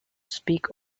speak